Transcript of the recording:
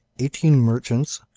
eighteen merchants,